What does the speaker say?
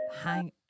Hang